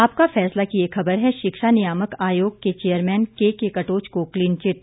आपका फैसला की एक खबर है शिक्षा नियामक आयोग के चेरयमैन केके कटोच को क्लीन चिट